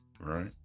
Right